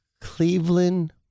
Cleveland